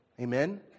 Amen